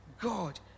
God